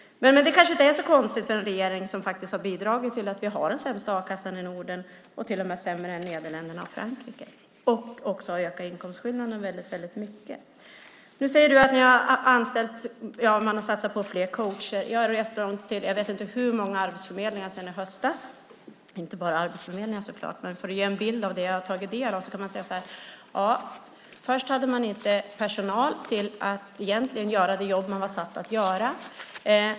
Det kanske inte är så konstigt för en regering som har bidragit till vi har den sämsta a-kassan i Norden. Den är till och med sämre än den i Nederländerna och Frankrike. Inkomstskillnaderna har också ökat väldigt mycket. Nu säger du att man har satsat på fler coacher. Jag har rest runt till jag vet inte hur många arbetsförmedlingar sedan i höstas, och inte bara arbetsförmedlingar. Jag ska göra en bild av det jag har tagit del av. Först hade man inte personal till att göra det jobb man var satt att göra.